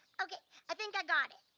okay i think i got it.